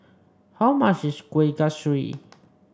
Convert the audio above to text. how much is Kueh Kasturi